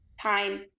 time